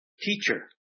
teacher